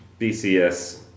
BCS